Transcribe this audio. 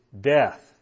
death